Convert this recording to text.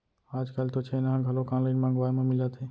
आजकाल तो छेना ह घलोक ऑनलाइन मंगवाए म मिलत हे